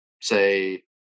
say